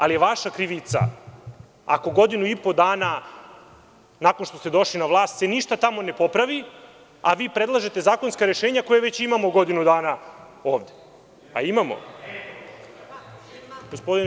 Ali vaša je krivica ako godinu i po dana nakon što ste došli na vlast se tamo ništa ne popravi, a predlažete zakonska rešenja koja već imamo godinu dana ovde, a imamo ih.